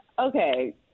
okay